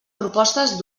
propostes